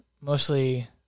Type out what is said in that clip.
mostly